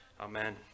Amen